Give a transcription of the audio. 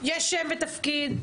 מעצר, למתמידים